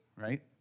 right